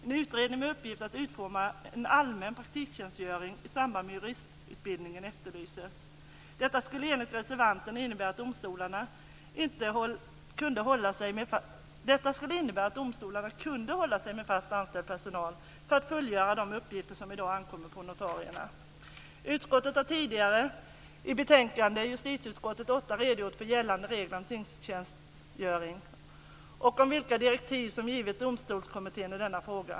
En utredning med uppgift att utforma en allmän praktiktjänstgöring i samband med juristutbildningen efterlyses. Detta skulle enligt reservanten innebära att domstolarna kunde hålla sig med fast anställd personal för att fullgöra de uppgifter som i dag ankommer på notarierna. Utskottet har tidigare i betänkandet JuU8 redogjort för gällande regler om tingstjänstgöring och vilka direktiv som givits Domstolskommittén i denna fråga.